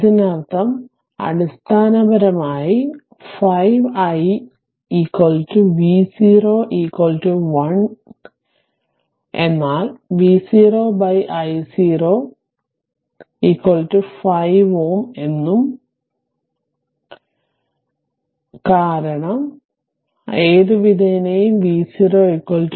ഇതിനർത്ഥം അടിസ്ഥാനപരമായി 5 i V0 1 എന്നാൽ V0 i0 5 Ω എന്നു കാരണം ഏതുവിധേനയും V0 1